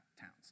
towns